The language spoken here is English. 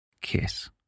Kiss